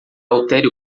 altere